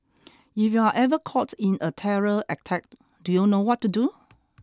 if you are ever caught in a terror attack do you know what to do